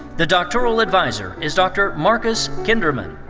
the doctoral adviser is dr. marcus gin-der-man.